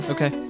Okay